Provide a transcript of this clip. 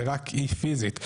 רק היא פיזית.